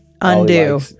undo